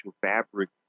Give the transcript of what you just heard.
fabric